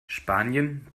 spanien